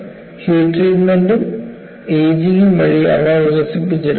heat treatment ഉം ageing ഉം വഴി അവ വികസിപ്പിച്ചെടുക്കുന്നു